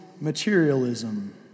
materialism